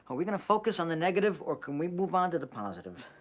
are we gonna focus on the negative, or can we move on to the positive,